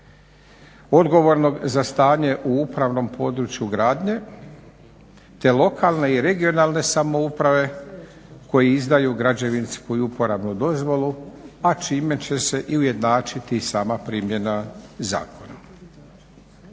odgovornog za stanje u upravnom području gradnje, te lokalne i regionalne samouprave koji izdaju građevinsku i uporabnu dozvolu, a čime će se i ujednačiti i sama primjena zakona.